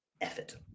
effort